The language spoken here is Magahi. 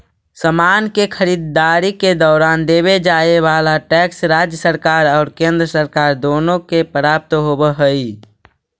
समान के खरीददारी के दौरान देवे जाए वाला टैक्स राज्य सरकार और केंद्र सरकार दोनो के प्राप्त होवऽ हई